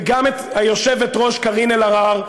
וגם את היושבת-ראש קארין אלהרר,